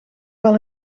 wel